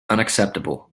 unacceptable